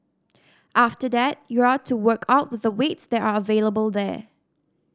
after that you're to work out with the weights that are available there